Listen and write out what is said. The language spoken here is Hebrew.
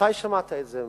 מתי שמעת את זה ממנו?